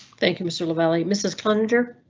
thank you mr lavalley, mrs conjure.